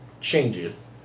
changes